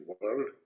world